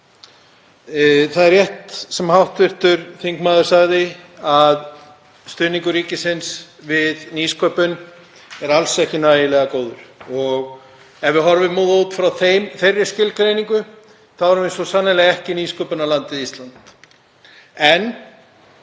Það er rétt sem hv. þingmaður sagði að stuðningur ríkisins við nýsköpun er alls ekki nægilega góður. Ef við horfum á það út frá þeirri skilgreiningu þá erum við svo sannarlega ekki nýsköpunarlandið Ísland. En